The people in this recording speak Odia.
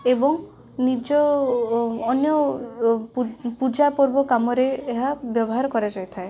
ଏବଂ ନିଜ ଅନ୍ୟ ପୂଜାପର୍ବ କାମରେ ଏହା ବ୍ୟବହାର କରାଯାଇଥାଏ